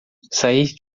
sair